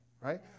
right